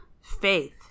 Faith